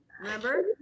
Remember